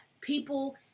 people